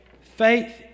Faith